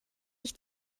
ich